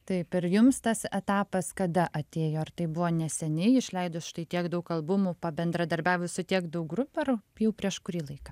taip ir jums tas etapas kada atėjo ar tai buvo neseniai išleidus štai tiek daug albumų pabendradarbiavus su tiek daug grupių ar jau prieš kurį laiką